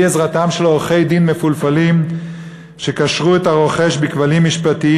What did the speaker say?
עזרתם של עורכי-דין מפולפלים שקשרו את הרוכש בכבלים משפטיים.